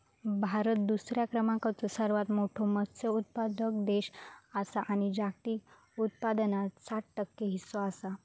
भारत दुसऱ्या क्रमांकाचो सर्वात मोठो मत्स्य उत्पादक देश आसा आणि जागतिक उत्पादनात सात टक्के हीस्सो आसा